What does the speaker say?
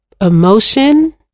emotion